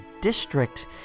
District